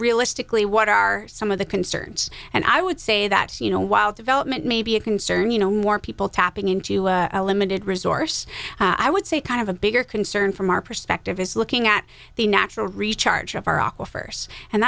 realistically what are some of the concerns and i would say that you know while development may be a concern you know more people tapping into a limited resource i would say kind of a bigger concern from our perspective is looking at the natural recharge of